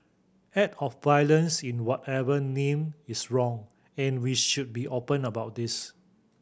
act of violence in whatever name is wrong and we should be open about this